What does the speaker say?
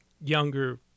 younger